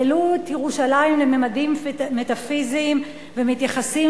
העלו את ירושלים לממדים מטאפיזיים ומתייחסים